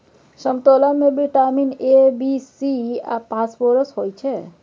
समतोला मे vitamin A, B, C आ फास्फोरस होइ छै